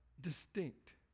distinct